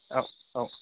औ औ